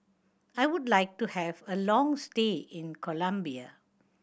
I would like to have a long stay in Colombia